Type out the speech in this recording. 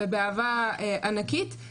לדעתי חה"כ קריב הציג את זה.